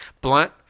blunt